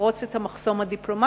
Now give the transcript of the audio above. לפרוץ את המחסום הדיפלומטי,